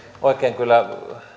oikein kyllä